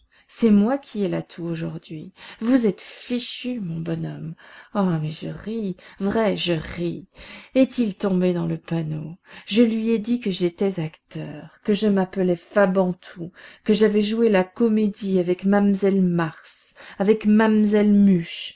c'est moi qui ai l'atout aujourd'hui vous êtes fichu mon bonhomme oh mais je ris vrai je ris est-il tombé dans le panneau je lui ai dit que j'étais acteur que je m'appelais fabantou que j'avais joué la comédie avec mamselle mars avec mamselle muche